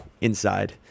inside